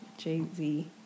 Jay-Z